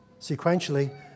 sequentially